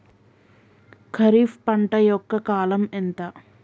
ఖరీఫ్ పంట యొక్క కాలం ఎంత?